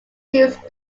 choose